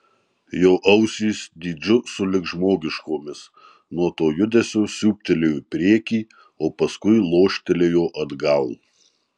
jo ausys dydžiu sulig žmogiškomis nuo to judesio siūbtelėjo į priekį o paskui loštelėjo atgal